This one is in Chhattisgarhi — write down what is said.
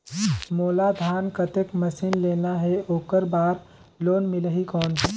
मोला धान कतेक मशीन लेना हे ओकर बार लोन मिलही कौन?